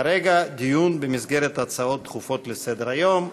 כרגע זה דיון במסגרת הצעות דחופות לסדר-היום.